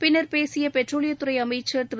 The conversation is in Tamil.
பின்னர் பேசிய பெட்ரோலியத்துறை அமைச்சள் திரு